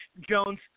Jones